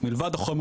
ולמחרת